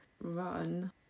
Run